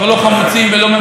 הם פשוט מתוסכלים,